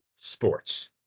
sports